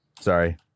Sorry